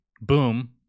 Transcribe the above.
boom